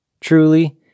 truly